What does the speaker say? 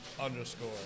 underscore